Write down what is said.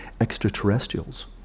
extraterrestrials